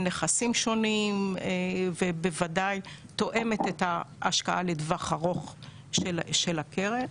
נכסים שונים ובוודאי תואמת את ההשקעה לטווח ארוך של הקרן.